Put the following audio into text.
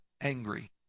angry